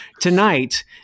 tonight